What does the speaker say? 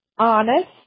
Honest